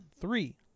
Three